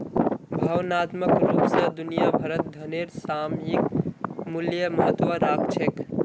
भावनात्मक रूप स दुनिया भरत धनेर सामयिक मूल्य महत्व राख छेक